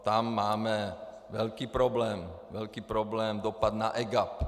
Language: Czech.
Tam máme velký problém, velký problém dopad na EGAP.